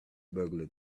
burglar